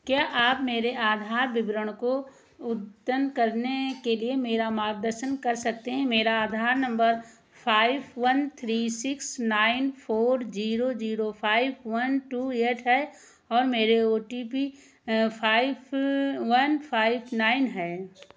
क्या आप मेरे आधार विवरण को अद्यतन करने के लिए मेरा मार्गदर्शन कर सकते हैं मेरा Aadhaar number five one three six nine four zero zero five one two eight है और मेरा O T P five one five nine है